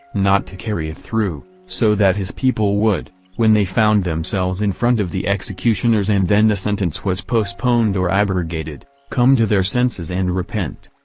not to carry it through, so that his people would when they found themselves in front of the executioners and then the sentence was postponed or abrogated come to their senses and repent.